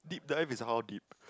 deep dive is how deep